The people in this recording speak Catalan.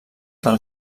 del